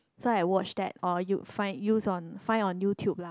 so I watch that or you find use on find on YouTube lah